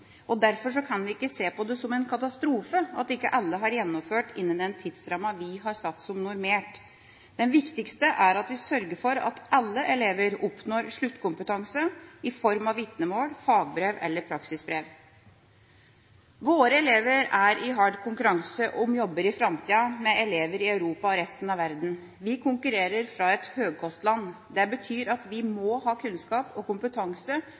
Derfor kan vi ikke se på det som en katastrofe at ikke alle har gjennomført innen den tidsrammen vi har satt som normert. Det viktigste er at vi sørger for at alle elever oppnår sluttkompetanse i form av vitnemål, fagbrev eller praksisbrev. Våre elever er i hard konkurranse om jobber i framtida med elever i Europa og resten av verden. Vi konkurrerer fra et høgkostland. Det betyr at vi må ha kunnskap og kompetanse